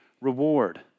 reward